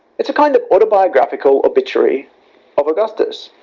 it's a kind of autobiographical obituary of augustus